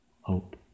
hope